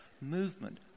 Movement